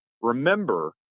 remember